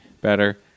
better